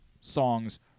songs